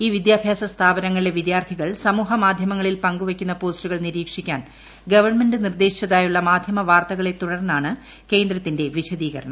ഈ വിദ്യാഭ്യാസ സ്ഥാപനങ്ങളിലെ വിദ്യാർത്ഥികൾ സമൂഹമാധ്യമങ്ങളിൽ പങ്ക് വയ്ക്കുന്ന പോസ്റ്റുകൾ നിരീക്ഷിക്കാൻ ഗവൺമെന്റ് നിർദ്ദേശിച്ചതായുള്ള മാധ്യമവാർത്തകളെ തുടർന്നാണ് കേന്ദ്രത്തിന്റെ വിശദീകരണം